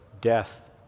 death